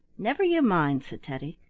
never you mind, said teddy,